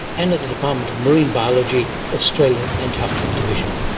and at the department of marine biology, australian antarctic division.